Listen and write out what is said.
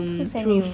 who send you